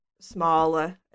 smaller